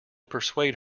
persuade